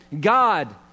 God